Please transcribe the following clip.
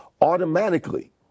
automatically